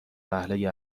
وهله